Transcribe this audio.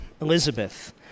Elizabeth